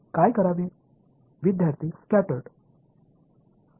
மாணவர் சிதறடிக்கப்பட்ட